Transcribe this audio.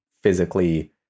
physically